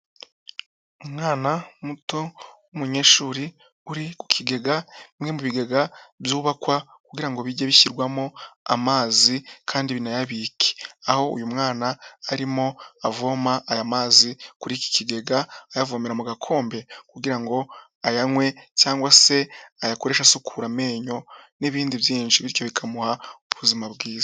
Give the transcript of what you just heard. Umwana muto w'umunyeshuri uri ku kigega bimwe mu bigega byubakwa kugira ngo bige bishyirwamo amazi kandi binayabike, aho uyu mwana arimo avoma aya mazi kuri iki kigega, ayavomera mu gakombe kugira ngo ayanywe cyangwa se ayakoreshe asukura amenyo n'ibindi byinshi, bityo bikamuha ubuzima bwiza.